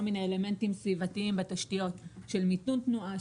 כל מיני אלמנטים סביבתיים בתשתיות של מיתון תנועה,